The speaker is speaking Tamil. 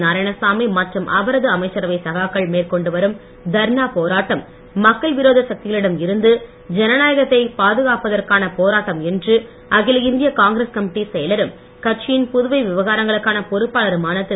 நாராயணசாமி மற்றும் அவரது அமைச்சரவை சகாக்கள் மேற்கொண்டு வரும் தர்ணா போராட்டம் மக்கள் விரோத சக்திகளிடம் இருந்து ஜனநாயகத்தை பாதுகாப்பதற்கான போராட்டம் என்று அகில இந்திய காங்கிரஸ் கமிட்டி செயலரும் கட்சியின் புதுவை விவகாரங்களுக்கு பொறுப்பாளருமான திரு